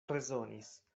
rezonis